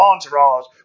entourage